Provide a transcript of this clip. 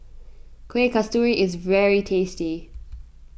Kuih Kasturi is very tasty